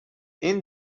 این